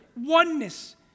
oneness